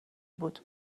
بود